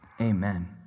Amen